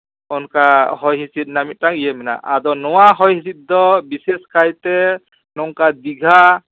ᱚᱱᱠᱟ ᱦᱚᱭ ᱦᱤᱸᱥᱤᱫ ᱨᱮᱱᱟᱜ ᱢᱤᱫᱴᱟᱝ ᱤᱭᱟᱹ ᱢᱮᱱᱟᱜᱼᱟ ᱟᱫᱚ ᱱᱚᱣᱟ ᱦᱚᱭ ᱦᱤᱸᱥᱤᱫ ᱫᱚ ᱵᱤᱥᱮᱥ ᱠᱟᱭᱛᱮ ᱱᱚᱝᱠᱟ ᱫᱤᱜᱷᱟ